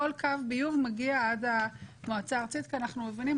כל קו ביוב מגיע עד המועצה הארצית כי אנחנו מבינים,